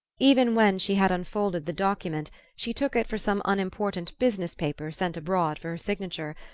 even when she had unfolded the document she took it for some unimportant business paper sent abroad for her signature,